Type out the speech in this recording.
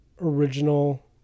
original